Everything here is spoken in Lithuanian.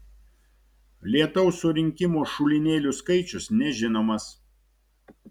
lietaus surinkimo šulinėlių skaičius nežinomas